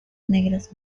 negras